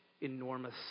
enormous